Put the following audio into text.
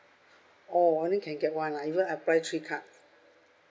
oh only can get one lah even I apply three card